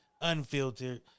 unfiltered